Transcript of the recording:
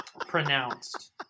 pronounced